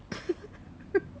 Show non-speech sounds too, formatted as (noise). (laughs)